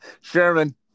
Sherman